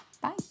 bye